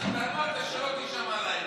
אז אתה אמרת שלא תישמע להן.